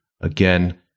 again